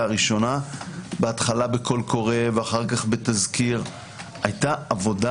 הראשונה בהתחלה בקול קורא ואחר כך בתזכיר היתה עבודה